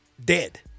dead